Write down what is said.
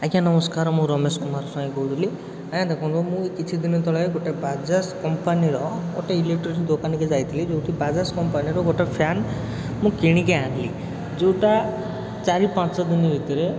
ଆଜ୍ଞା ନମସ୍କାର ମୁଁ ରମେଶ କୁମାର ସ୍ୱାଇଁ କହୁଥିଲି ଆଜ୍ଞା ଦେଖନ୍ତୁ ମୁଁ ଏଇ କିଛିଦିନ ତଳେ ଗୋଟେ ବାଜାଜ କମ୍ପାନୀର ଗୋଟେ ଇଲେକଟ୍ରୋନିକ୍ ଦୋକାନକୁ ଯାଇଥିଲି ଯୋଉଠି ବଜାଜ କମ୍ପାନୀର ଗୋଟେ ଫ୍ୟାନ୍ ମୁଁ କିଣିକି ଆଣିଲି ଯେଉଁଟା ଚାରି ପାଞ୍ଚଦିନ ଭିତରେ